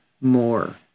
more